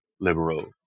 liberal